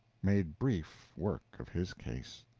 made brief work of his case.